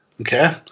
okay